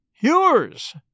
Yours